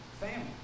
family